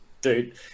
Dude